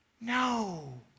no